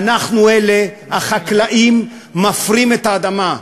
אנחנו, אלה החקלאים, מפרים את האדמה.